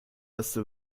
erste